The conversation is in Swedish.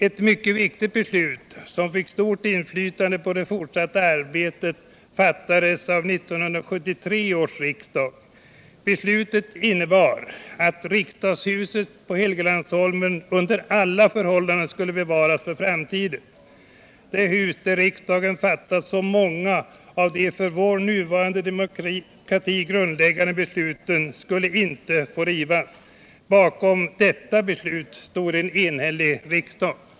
Ett mycket viktigt beslut, som fick stort inflytande på det fortsatta arbetet, fattades av 1973 års riksdag. Beslutet innebar att riksdagshuset på Helgeandsholmen under alla förhållanden skulle bevaras för framtiden. Det hus där riksdagen fattat så många av de för vår nuvarande demokrati grundläggande besluten skulle inte få rivas. Bakom detta beslut stod en enhällig riksdag.